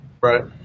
right